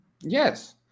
Yes